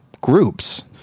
groups